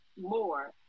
more